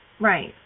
right